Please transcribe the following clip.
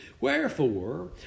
Wherefore